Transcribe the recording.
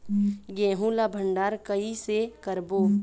गेहूं ला भंडार कई से करबो?